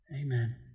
Amen